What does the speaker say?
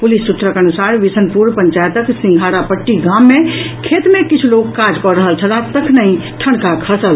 police सूत्रक अनुसार विशनपुर पंचायतक सिंघाड़ापट्टी गाम मे खेत मे किछु लोक काज कऽ रहल छलाह तखनहि ठनका खसल